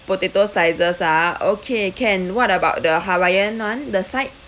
potato slices ah okay can what about the hawaiian one the side